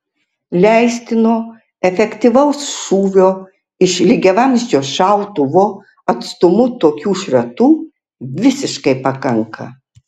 leistino efektyvaus šūvio iš lygiavamzdžio šautuvo atstumu tokių šratų visiškai pakanka